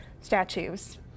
statues